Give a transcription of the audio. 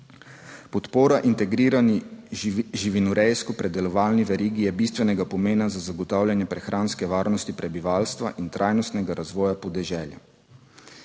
Podpora integrirani živinorejsko predelovalni verigi je bistvenega pomena za zagotavljanje prehranske varnosti prebivalstva in trajnostnega razvoja podeželja.